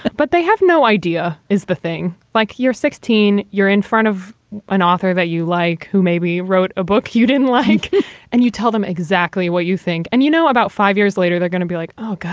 but they have no idea is the thing like you're sixteen, you're in front of an author that you like who maybe wrote a book you didn't like and you tell them exactly what you think. and, you know, about five years later they're gonna be like, oh, god,